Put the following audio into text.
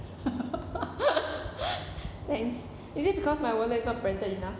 thanks is it because my wallet is not branded enough